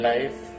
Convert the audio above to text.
Life